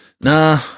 Nah